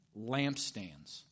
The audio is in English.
lampstands